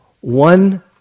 One